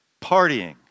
partying